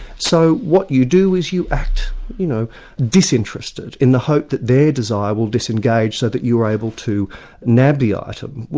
so what you do is you act you know disinterested, in the hope that their desire will disengage so that you're able to nab the item.